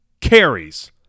carries